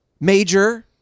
Major